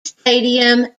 stadium